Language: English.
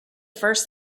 first